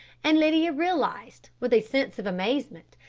and lydia realised, with a sense of amazement,